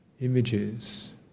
Images